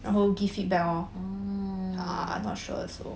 mm